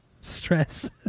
Stress